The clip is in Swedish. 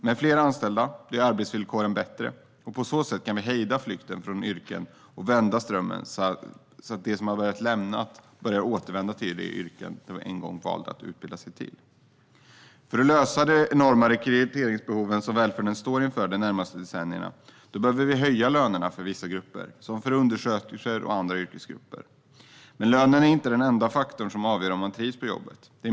Med fler anställda blir arbetsvillkoren bättre. På så sätt kan vi hejda flykten från yrkena och vända strömmen så att de som lämnat börjar återvända till de yrken de en gång valde att utbilda sig till. För att lösa de enorma rekryteringsbehov välfärden står inför under de närmaste decennierna behöver vi höja lönerna för vissa grupper, till exempel undersköterskor. Men lönen är inte den enda faktor som avgör om man trivs på jobbet.